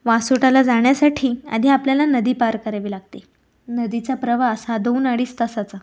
वासोटाला जाण्यासाठी आधी आपल्याला नदी पार करावी लागते नदीचा प्रवास हा दोन आडीच तासाचा